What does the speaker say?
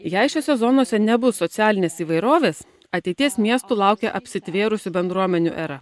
jei šiose zonose nebus socialinės įvairovės ateities miestų laukia apsitvėrusių bendruomenių era